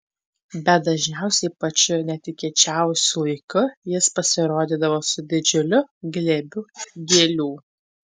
bet dažniausiai pačiu netikėčiausiu laiku jis pasirodydavo su didžiuliu glėbiu gėlių